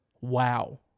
wow